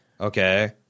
Okay